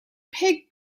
pig